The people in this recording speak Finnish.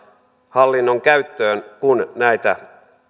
hallinnon käyttöön kun näitä